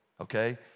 okay